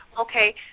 Okay